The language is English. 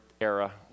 era